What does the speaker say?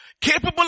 Capable